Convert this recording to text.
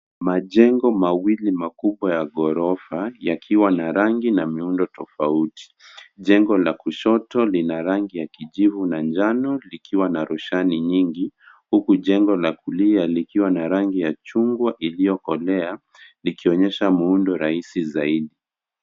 Majengo mawili makubwa ya ghorofa yakiwa na rangi na miundo tofauti. Jengo la kushoto lina rangi ya kijivu na njano ikiwa na roshani nyingi, huku jengo la kulia likiwa na rangi ya chungwa iliyokolea likionyesha muundo rahisi zaidi.